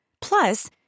Plus